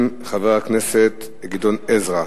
ראשון המציעים, חבר הכנסת גדעון עזרא.